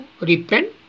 Repent